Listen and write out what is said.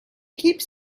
keeps